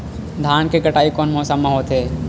धान के कटाई कोन मौसम मा होथे?